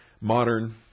modern